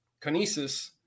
kinesis